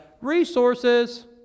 resources